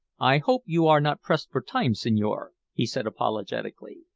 i hope you are not pressed for time, signore? he said apologetically.